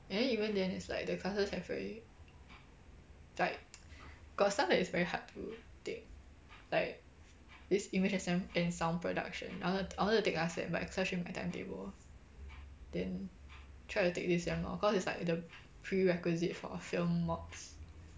and then even then it's like the classes have already like got some that is very hard to take like this image and sem and sound production I wanted I wanted to take last sem but clash with my timetable then try to take this sem lor cause it's like the prerequisite for film mods